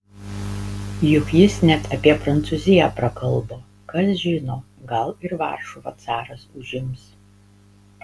juk jis net apie prancūziją prakalbo kas žino gal ir varšuvą caras užims